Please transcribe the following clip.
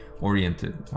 oriented